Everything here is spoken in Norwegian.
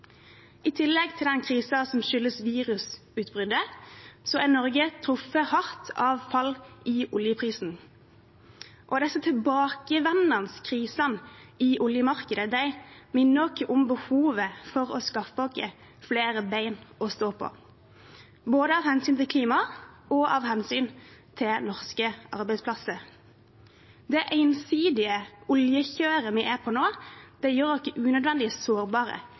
I tillegg til den krisen som skyldes virusutbruddet, er Norge truffet hardt av fall i oljeprisen. Disse tilbakevendende krisene i oljemarkedet minner oss om behovet for å skaffe oss flere bein å stå på – både av hensyn til klimaet og av hensyn til norske arbeidsplasser. Det ensidige oljekjøret vi er på nå, gjør oss unødvendig sårbare,